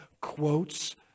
quotes